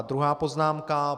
Druhá poznámka.